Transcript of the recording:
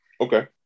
Okay